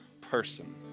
person